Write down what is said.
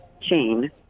chain